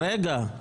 רגע.